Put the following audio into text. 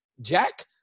Jack